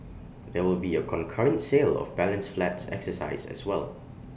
there will be A concurrent sale of balance flats exercise as well